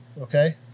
Okay